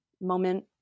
moment